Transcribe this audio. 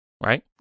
right